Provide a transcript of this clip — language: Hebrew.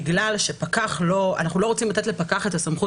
בגלל שאנחנו לא רוצים לתת לפקח את הסמכות